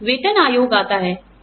वेतन आयोग आता है